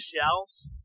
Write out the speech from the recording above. shells